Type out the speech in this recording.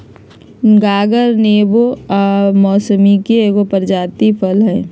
गागर नेबो आ मौसमिके एगो प्रजाति फल हइ